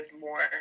more